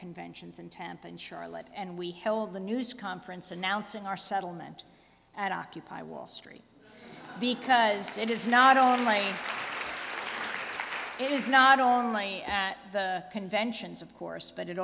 conventions in tampa and charlotte and we held a news conference announcing our settlement at occupy wall street because it is not only it is not only the conventions of course but it